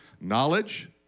Knowledge